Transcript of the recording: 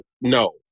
no